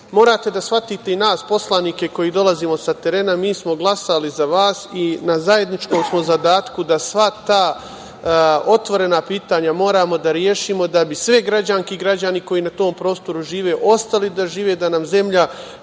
morate da shvatite i nas poslanike koji dolazimo sa terena mi smo glasali za vas i na zajedničkom smo zadatku da sva ta otvorena pitanja moramo da rešimo da bi sve građanke i građani koji u tom prostoru žive ostali da žive, da nam zemlja